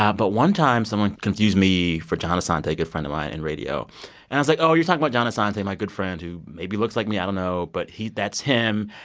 ah but one time, someone confused me for john asante, a good friend of mine in radio and i was like, oh, you're talking about but john asante, my good friend who maybe looks like me, i don't know. but he that's him.